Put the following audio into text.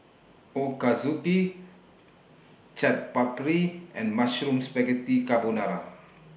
Ochazuke Chaat Papri and Mushroom Spaghetti Carbonara